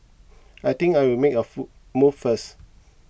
I think I'll make a fool move first